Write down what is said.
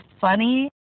funny